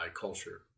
culture